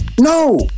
No